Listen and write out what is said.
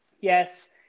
Yes